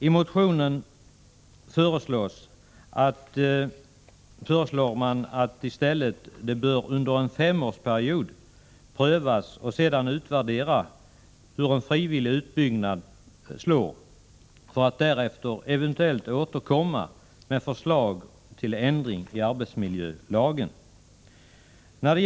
I motionen föreslås att man i stället under en femårsperiod bör pröva och sedan utvärdera en frivillig utbyggnad för att därefter eventuellt återkomma med förslag till ändring av arbetsmiljölagen.